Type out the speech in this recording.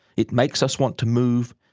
it makes us want to move,